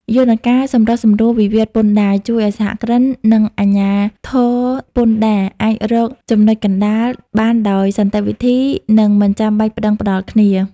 យន្តការសម្រុះសម្រួលវិវាទពន្ធដារ ជួយឱ្យសហគ្រិន និងអាជ្ញាធរពន្ធដារអាចរកចំណុចកណ្ដាលបានដោយសន្តិវិធី និងមិនចាំបាច់ប្ដឹងផ្ដល់គ្នា។